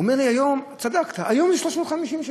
הוא אומר לי: צדקת, היום זה 350 שקל.